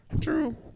True